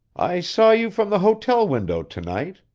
i saw you from the hotel window to-night,